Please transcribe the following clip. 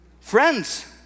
Friends